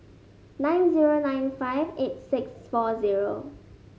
nine zero nine five eight six four zero